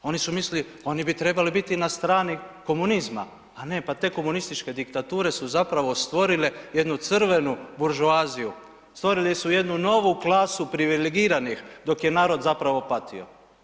Oni su mislili, oni bi trebali biti na strani komunizma, a ne pa te komunističke diktature su zapravo stvorile jednu crvenu buržoaziju, stvorili su jednu novu klasu privilegiranih, dok je narod zapravo patio.